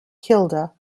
kilda